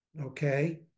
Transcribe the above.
Okay